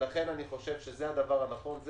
אני חושב שזה הדבר הנכון,